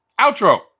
Outro